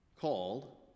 called